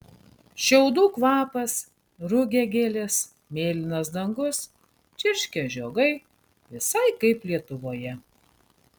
šiaudų kvapas rugiagėlės mėlynas dangus čirškia žiogai visai kaip lietuvoje